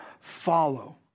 follow